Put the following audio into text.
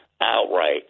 outright